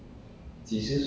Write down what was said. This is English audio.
flexible ah